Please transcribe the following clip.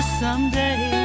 someday